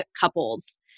couples